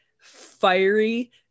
fiery